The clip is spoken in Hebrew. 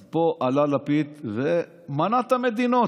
אז פה עלה לפיד ומנה את המדינות.